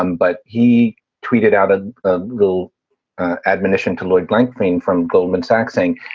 um but he tweeted out a little admonition to lloyd blankfein from goldman sachs saying,